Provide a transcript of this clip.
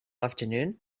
afternoon